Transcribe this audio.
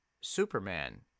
superman